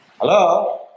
Hello